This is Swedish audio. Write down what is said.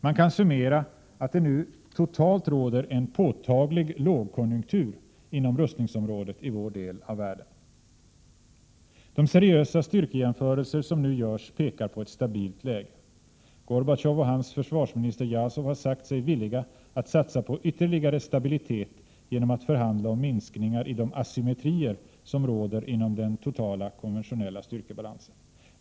Man kan summera, att det nu totalt råder en påtaglig lågkonjunktur inom rustningsområdet i vår del av världen. De seriösa styrkejämförelser som nu görs pekar på ett stabilt läge. Gorbatjov och hans försvarsminister Jazov har sagt sig vara villiga att satsa på ytterligare stabilitet genom att förhandla om minskningar i de asymmetrier som råder inom den totala konventionella styrkebalansen.